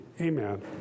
Amen